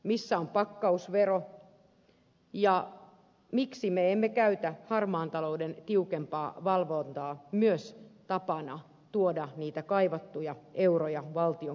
missä on pakkausvero ja miksi me emme käytä harmaan talouden tiukempaa valvontaa myös tapana tuoda niitä kaivattuja euroja valtion kirstuun